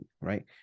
right